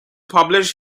publish